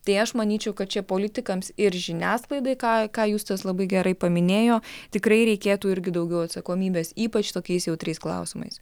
tai aš manyčiau kad čia politikams ir žiniasklaidai ką ką justas labai gerai paminėjo tikrai reikėtų irgi daugiau atsakomybės ypač tokiais jautriais klausimais